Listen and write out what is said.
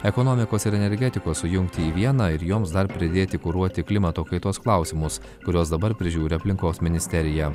ekonomikos ir energetikos sujungti į vieną ir joms dar pridėti kuruoti klimato kaitos klausimus kuriuos dabar prižiūri aplinkos ministerija